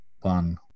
One